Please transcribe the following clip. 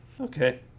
Okay